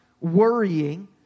worrying